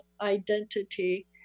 identity